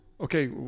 Okay